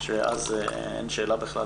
שאז אין שאלה בכלל